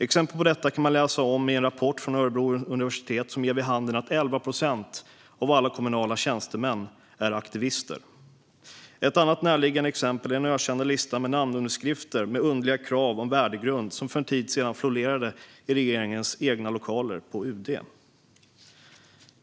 Exempel på detta kan man läsa om i en rapport från Örebro universitet som ger vid handen att 11 procent av alla kommunala tjänstemän är aktivister. Ett annat närliggande exempel är den ökända listan med namnunderskrifter med underliga krav på värdegrund som för en tid sedan florerade i regeringens egna lokaler på UD.